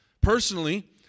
personally